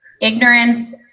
ignorance